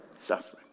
Suffering